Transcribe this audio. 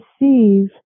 receive